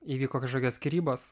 įvyko kažkokios skyrybos